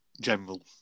general